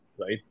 right